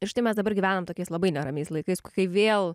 ir štai mes dabar gyvenam tokiais labai neramiais laikais kai vėl